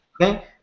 okay